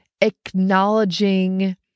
acknowledging